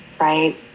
right